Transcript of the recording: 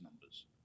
numbers